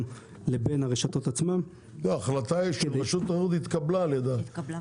ובין הרשתות עצמן --- לא ההחלטה היא התקבלה על ידם,